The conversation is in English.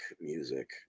music